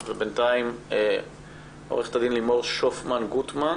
הנתונים המעודדים לגבי שיעור נשים מנהלות בבנק לאומי.